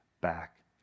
back